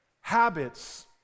habits